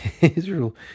Israel